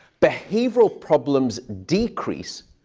behavioral problems decrease,